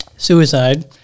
suicide